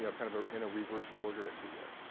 yeah kind of of in a reverse order, if you will.